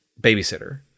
babysitter